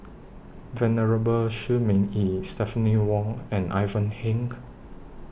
Venerable Shi Ming Yi Stephanie Wong and Ivan Heng